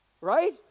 Right